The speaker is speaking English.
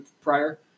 prior